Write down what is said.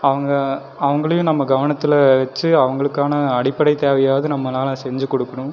அவங்க அவங்களையும் நம்ம கவனத்தில் வச்சு அவங்களுக்கான அடிப்படை தேவையாது நம்மளாக செஞ்சுக் கொடுக்கணும்